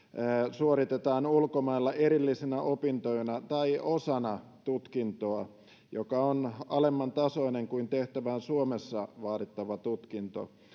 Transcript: suoritetaan ulkomailla erillisinä opintoina tai osana tutkintoa joka on alemman tasoinen kuin tehtävään suomessa vaadittava tutkinto